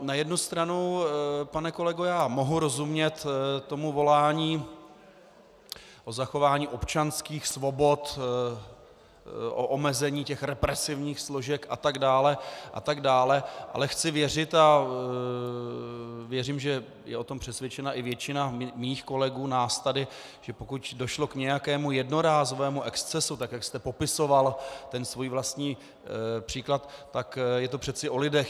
Na jednu stranu, pane kolego, já mohu rozumět tomu volání po zachování občanských svobod, po omezení těch represivních složek a tak dále a tak dále, ale chci věřit, a věřím, že je o tom přesvědčena i většina mých kolegů, nás tady, že pokud došlo k nějakému jednorázovému excesu, tak jak jste popisoval ten svůj vlastní příklad, tak je to přece o lidech.